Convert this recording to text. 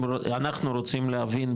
אם אנחנו רוצים להבין,